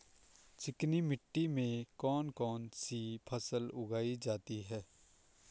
चिकनी मिट्टी में कौन कौन सी फसल उगाई जाती है?